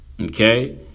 Okay